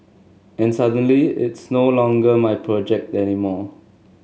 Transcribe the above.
and suddenly it's no longer my project anymore